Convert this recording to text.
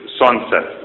sunset